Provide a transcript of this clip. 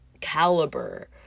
caliber